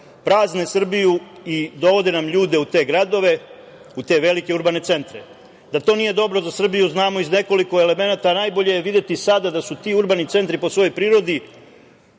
prazne Srbiju i dovode nam ljude u te gradove, u te velike urbane centre. Da to nije dobro za Srbiju, znamo iz nekoliko elemenata. Najbolje je videti sada da su ti urbani centri po svojoj prirodi